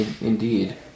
Indeed